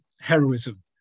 heroism